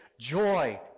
joy